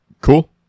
Cool